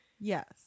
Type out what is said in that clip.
Yes